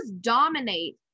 dominate